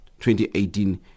2018